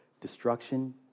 destruction